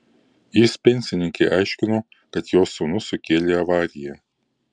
jis pensininkei aiškino kad jos sūnus sukėlė avariją